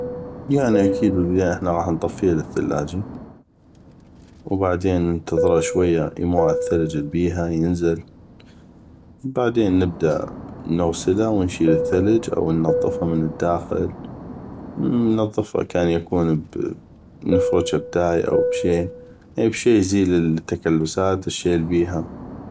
يعني اكيد بالبدايه احنا غاح نطفيها للثلاجي وننتظر يموع الثلج بيها ينزل بعدين نبدا نغسله ونشيل الثلج أو ننظفه من الداخل ننظفه كان يكون نفرجه كان يكون بتاي أو بشي يعني بشي يزيل التكلسات والشي البيها